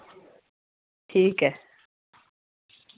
ठीक ऐ